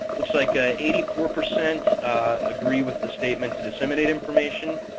looks like ah eighty four percent agree with the statement to disseminate information.